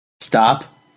Stop